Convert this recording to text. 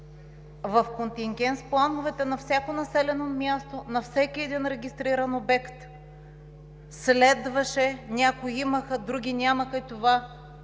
В контингенс плановете на всяко населено място, на всеки един регистриран обект следваше – някои имаха, други нямаха, това